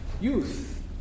youth